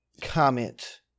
comment